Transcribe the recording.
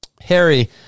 Harry